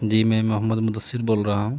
جی میں محمد مدثر بول رہا ہوں